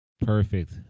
Perfect